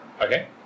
Okay